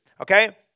Okay